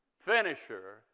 finisher